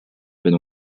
been